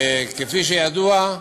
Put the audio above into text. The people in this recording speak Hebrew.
כפי שידוע,